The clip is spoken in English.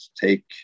take